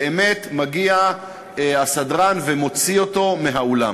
באמת מגיע הסדרן ומוציא אותו מהאולם.